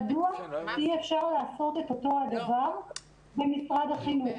מדוע אי אפשר לעשות את אותו הדבר במשרד החינוך?